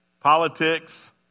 politics